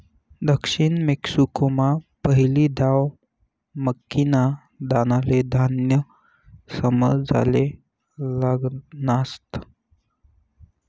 दक्षिण मेक्सिकोमा पहिली दाव मक्कीना दानाले धान्य समजाले लागनात